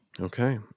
Okay